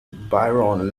byron